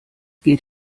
geht